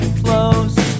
close